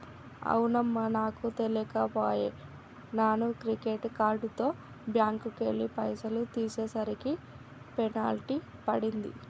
అవునమ్మా నాకు తెలియక పోయే నాను క్రెడిట్ కార్డుతో బ్యాంకుకెళ్లి పైసలు తీసేసరికి పెనాల్టీ పడింది